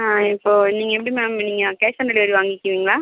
ஆ இப்போ நீங்கள் எப்படி மேம் நீங்கள் கேஷ் ஆன் டெலிவரி வாங்கிக்கிறிங்களா